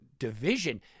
division